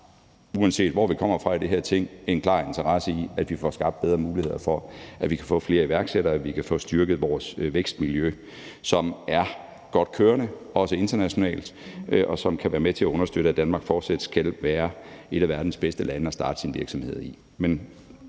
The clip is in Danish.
uanset hvor vi kommer fra i det her Ting, en klar interesse i, at vi får skabt bedre muligheder for, at vi kan få flere iværksættere, og at vi kan få styrket vores vækstmiljø, som er godt kørende også internationalt, og som kan være med til at understøtte, at Danmark fortsat kan være et af verdens bedste lande at starte sin virksomhed i.